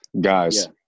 guys